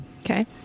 Okay